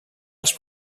als